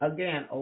Again